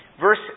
Verse